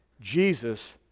Jesus